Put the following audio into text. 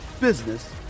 business